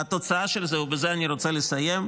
והתוצאה של זה, ובזה אני רוצה לסיים,